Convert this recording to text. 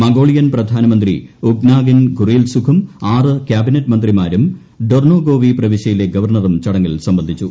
Mongolian പ്രധാനമന്ത്രി Ukhnaagiin Khurelsukh ആറ് cabinet മന്ത്രിമാരും ഡൊർണോഗോവി പ്രവിശ്യയിലെ ഗവർണറുക് ചട്ടിട്ടിൽ ് സംബന്ധിച്ചു